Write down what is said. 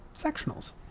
sectionals